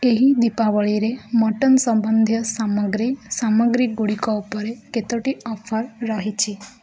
ଏହି ଦୀପାବଳିରେ ମଟନ୍ ସମ୍ବନ୍ଧୀୟ ସାମଗ୍ରୀ ସାମଗ୍ରୀଗୁଡ଼ିକ ଉପରେ କେତୋଟି ଅଫର୍ ରହିଛି